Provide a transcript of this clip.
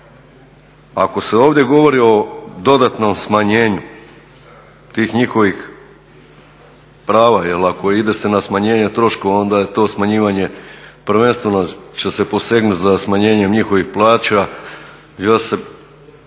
Ako se ovdje govori o dodatnom smanjenju tih njihovih prava, jel', ako ide se na smanjenje troškova onda je to smanjivanje prvenstveno će se posegnuti za smanjenjem njihovih plaća. Ja sam